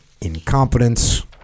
Incompetence